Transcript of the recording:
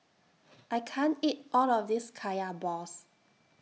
I can't eat All of This Kaya Balls